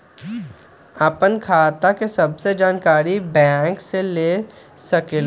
आपन खाता के सब जानकारी बैंक से ले सकेलु?